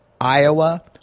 Iowa